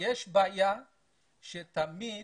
יש בעיה שתמיד